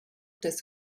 des